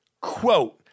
quote